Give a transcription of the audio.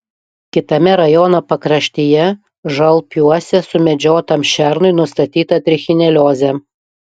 kitame rajono pakraštyje žalpiuose sumedžiotam šernui nustatyta trichineliozė